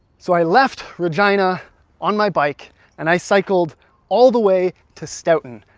so i left regina on my bike and i cycled all the way to stoughton.